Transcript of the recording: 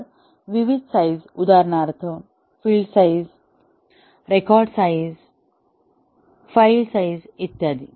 तर विविध साईझ उदाहरणार्थ field size record size file size इत्यादी